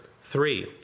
three